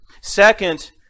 Second